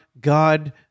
God